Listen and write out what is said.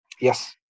Yes